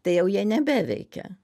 tai jau jie nebeveikia